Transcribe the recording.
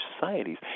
societies